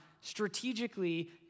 strategically